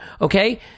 okay